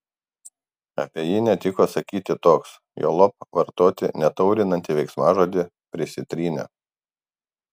apie jį netiko sakyti toks juolab vartoti netaurinantį veiksmažodį prisitrynė